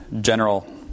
general